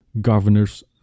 Governors